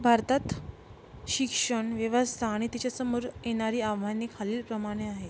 भारतात शिक्षणव्यवस्था आणि तिच्यासमोर येणारी आव्हाने खालीलप्रमाणे आहे